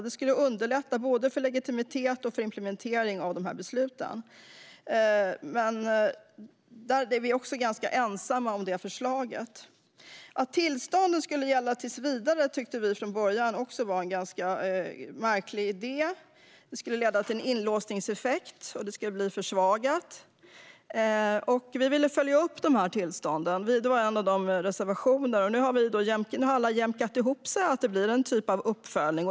Det skulle underlätta, både för legitimiteten och för implementeringen av besluten. Men vi är ganska ensamma även om det förslaget. Att tillstånden skulle gälla tills vidare tyckte vi var en ganska märklig idé från början. Det skulle leda till en inlåsningseffekt och till att det blir försvagat. Vi ville att tillstånden skulle följas upp. Det var en av våra reservationer. Nu har alla jämkat ihop sig, så att det blir en sorts uppföljning.